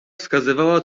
wskazywała